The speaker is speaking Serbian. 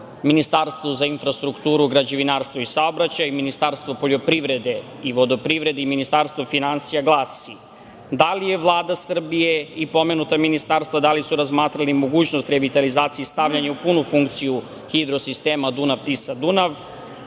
Ministarstvu za infrastrukturu, građevinarstvo i saobraćaj, Ministarstvu poljoprivrede i vodoprivrede i Ministarstvu finansija glasi – da li su Vlada Srbije i pomenuta ministarstva razmatrali mogućnost revitalizacije i stavljanja u punu funkciju hidrosistema Dunav-Tisa-Dunav?